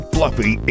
Fluffy